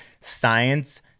science